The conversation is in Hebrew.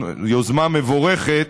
יוזמה מבורכת,